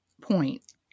point